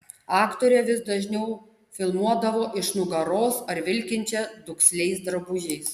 aktorę vis dažniau filmuodavo iš nugaros ar vilkinčią duksliais drabužiais